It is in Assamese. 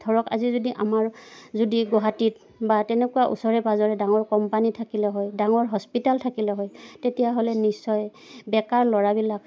ধৰক আজি যদি আমাৰ যদি গুৱাহাটীত বা তেনেকুৱা ওচৰে পাঁজৰে ডাঙৰ কোম্পানী থাকিলে হয় ডাঙৰ হস্পিটাল থাকিলে হয় তেতিয়াহ'লে নিশ্চয় বেকাৰ ল'ৰাবিলাক